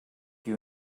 you